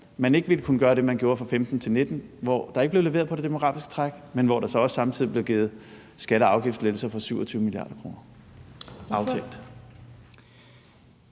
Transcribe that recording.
man ikke vil kunne gøre det, man gjorde fra 2015 til 2019, hvor der ikke blev leveret på det demografiske træk, og hvor der samtidig blev givet skatte- og afgiftslettelser for 27 mia. kr.?